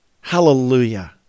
Hallelujah